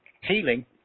healing